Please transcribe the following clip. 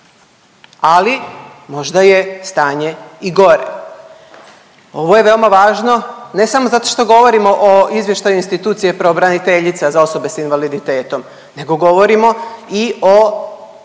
ali možda je stanje i gore. Ovo je veoma važno ne samo zato što govorimo o izvještaju institucije pravobraniteljice za osobe sa invaliditetom nego govorimo i o